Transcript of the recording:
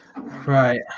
Right